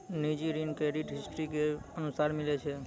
निजी ऋण credit history के अनुसार मिलै छै